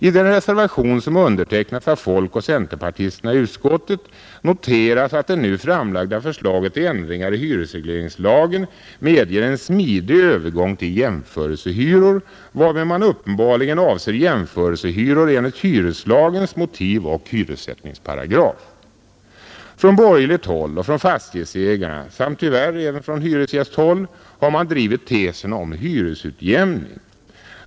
I den reservation, som undertecknats av folkoch centerpartisterna i utskottet, noteras att det nu framlagda förslaget till ändringar i hyresregleringslagen medger en smidig övergång till jämförelsehyror, varmed man uppenbarligen avser jämförelsehyror enligt hyreslagens motiv och hyressättningsparagraf. Från borgerligt håll och från fastighetsägarna samt tyvärr även från hyresgästhåll har man drivit tesen om hyresutjämning.